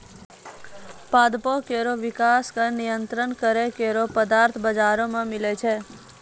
पादपों केरो विकास क नियंत्रित करै केरो पदार्थ बाजारो म मिलै छै